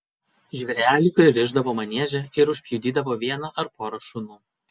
žvėrelį pririšdavo manieže ir užpjudydavo vieną ar porą šunų